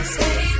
Stay